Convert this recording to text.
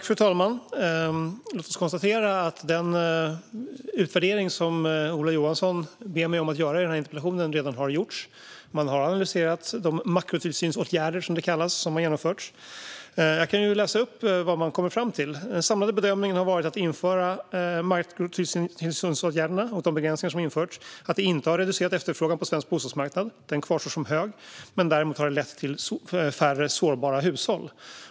Fru talman! Låt oss konstatera att den utvärdering som Ola Johansson i den här interpellationen ber mig att göra redan har gjorts. Man har analyserat de makrotillsynsåtgärder, som det kallas, som har genomförts. Den samlade bedömningen har varit att de införda makrotillsynsåtgärderna och de begränsningar som har införts inte har reducerat efterfrågan på svensk bostadsmarknad. Den kvarstår som hög. Däremot har de lett till färre sårbara hushåll.